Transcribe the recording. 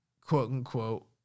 quote-unquote